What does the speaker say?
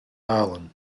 island